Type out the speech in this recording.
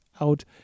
out